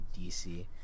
DC